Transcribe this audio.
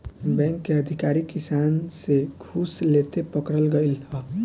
bank के अधिकारी किसान से घूस लेते पकड़ल गइल ह